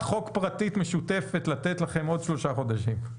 חוק פרטית משותפת שתיתן לכם עוד שלושה חודשים.